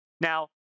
Now